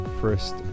first